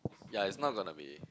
ya it's not gonna be